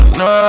no